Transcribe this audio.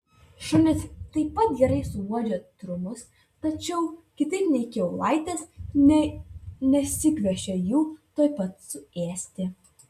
šunys taip pat gerai suuodžia trumus tačiau kitaip nei kiaulaitės nesigviešia jų tuoj pat suėsti